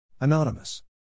Anonymous